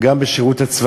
גם בשירות הצבאי,